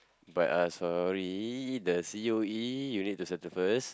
but uh sorry the C_O_E you need settle first